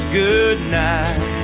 goodnight